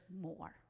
more